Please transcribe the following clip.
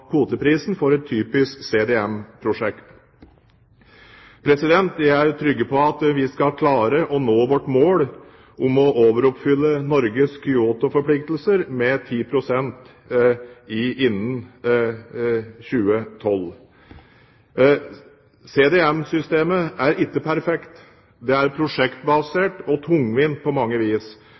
kvoteprisen for et typisk CDM-prosjekt. Vi er trygge på at vi skal klare å nå vårt mål om å overoppfylle Norges Kyoto-forpliktelser med 10 pst. innen 2012. CDM-systemet er ikke perfekt, det er prosjektbasert og tungvint på mange vis.